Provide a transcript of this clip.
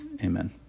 amen